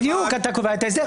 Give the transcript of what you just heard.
בדיוק, אתה קובע את ההסדר.